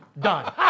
Done